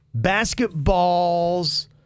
basketballs